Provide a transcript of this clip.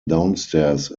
downstairs